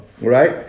Right